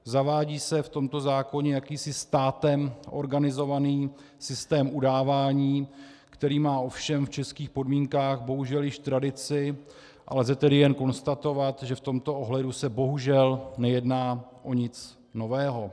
Zavádí se v tomto zákoně jakýsi státem organizovaný systém udávání, který má ovšem v českých podmínkách bohužel již tradici, a lze tedy jen konstatovat, že v tomto ohledu se bohužel nejedná o nic nového.